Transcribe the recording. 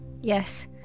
Yes